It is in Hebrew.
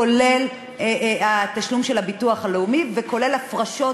כולל התשלום של הביטוח הלאומי וכולל הפרשות,